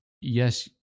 Yes